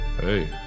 hey